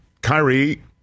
Kyrie